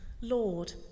Lord